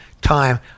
time